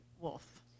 wolf